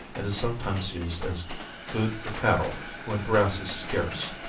and is sometimes used as food for cattle when grass is scarce.